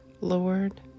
Lord